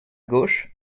gauche